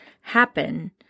happen